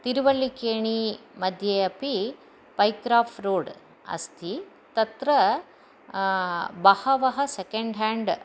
तिरुवळ्ळिकेणिमध्ये अपि Pycrofts road अस्ति तत्र बहवः सेकेण्ड् हाण्ड्